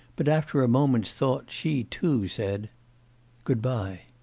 but after a moment's thought she too said good-bye.